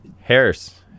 harris